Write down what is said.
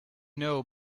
know